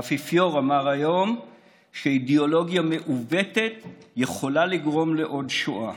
האפיפיור אמר היום שאידיאולוגיה מעוותת יכולה לגרום לעוד שואה,